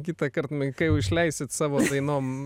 kitąkart kai jau išleisit savo dainom